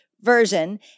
version